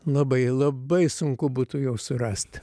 labai labai sunku būtų jų surast